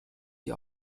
die